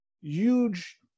huge